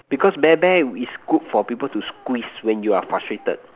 because bear bear is good for people to squeeze when you are frustrated